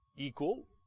equal